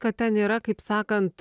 kad ten yra kaip sakant